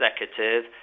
executive